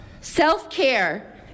Self-care